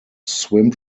swim